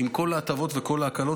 עם כל ההטבות וכל ההקלות,